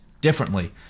differently